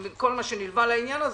עם כל מה שנלווה לעניין הזה.